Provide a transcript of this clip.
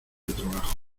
trabajo